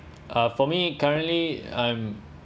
uh for me currently I'm